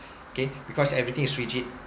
okay because everything is rigid